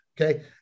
Okay